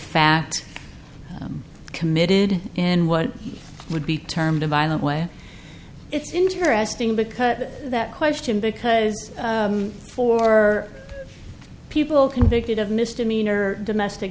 fact committed and what would be termed a violent way it's interesting because that question because for people convicted of misdemeanor domestic